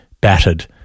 battered